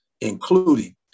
including